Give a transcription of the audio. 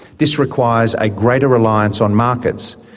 this requires a greater reliance on markets,